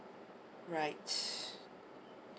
right